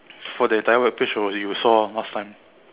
for the time more place already you saw on last time